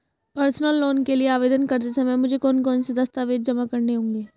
Personal loan के लिए आवेदन करते समय मुझे कौन से दस्तावेज़ जमा करने होंगे?